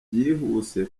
byihuse